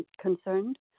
concerned